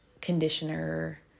conditioner